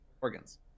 organs